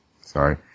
sorry